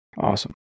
Awesome